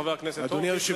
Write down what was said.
חבר הכנסת הורוביץ,